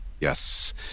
Yes